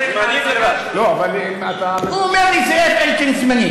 לא, אבל אם אתה, זה זמני